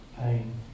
pain